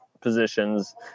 positions